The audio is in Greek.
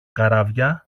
καράβια